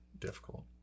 difficult